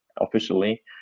officially